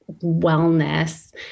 wellness